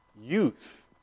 youth